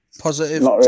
positive